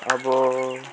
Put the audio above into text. अब